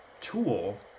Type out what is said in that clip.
tool